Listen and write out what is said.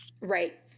Right